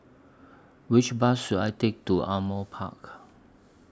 Which Bus should I Take to Ardmore Park